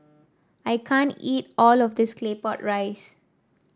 I can't eat all of this Claypot Rice